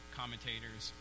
commentators